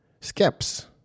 skeps